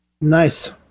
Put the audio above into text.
Nice